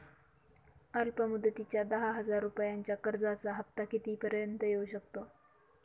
अल्प मुदतीच्या दहा हजार रुपयांच्या कर्जाचा हफ्ता किती पर्यंत येवू शकतो?